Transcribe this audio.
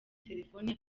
telephone